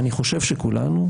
אני חושב שכולנו,